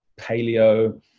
paleo